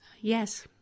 Yes